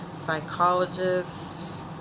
psychologists